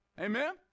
Amen